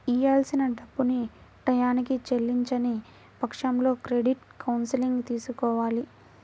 ఇయ్యాల్సిన డబ్బుల్ని టైయ్యానికి చెల్లించని పక్షంలో క్రెడిట్ కౌన్సిలింగ్ తీసుకోవాలి